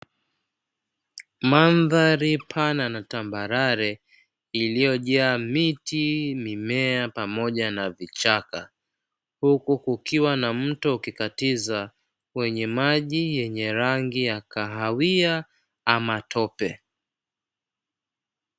Mandhari pana na tambarare iliyojaa miti pamoja na vicha wenye rangi ya kahawia ama tope